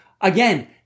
Again